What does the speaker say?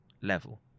level